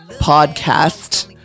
podcast